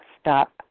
stop